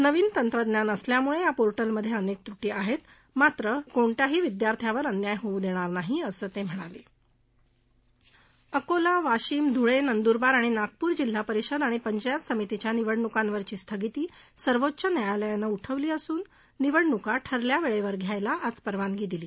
नवीन तंत्रज्ञान असल्यामुळव्रि पोर्टलमध्य ब्रिनक्वित्रटी आहस्त मात्र कोणत्याही विद्यार्थ्यावर अन्याय होऊ दक्तिर नाही असं तम्हिणाल अकोला वाशिम धुळा नंदुरबार आणि नागपुर जिल्हा परिषद आणि पंचायत समितीच्या निवडणुकांवरची स्थगिती सर्वोच्च न्यायालयानं उठवली असून निवडणुका ठरल्या वळून घ्यायला आज परवानगी दिली